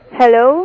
hello